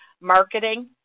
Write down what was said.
marketing